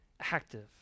active